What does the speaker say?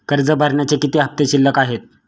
कर्ज भरण्याचे किती हफ्ते शिल्लक आहेत?